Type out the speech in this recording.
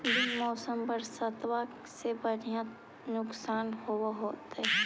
बिन मौसम बरसतबा से तो बढ़िया नुक्सान होब होतै?